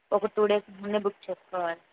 ఒక two days ముందే book చేసుకోవాలి